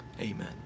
amen